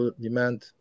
demand